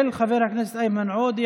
של חבר הכנסת איימן עודה,